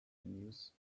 news